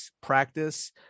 practice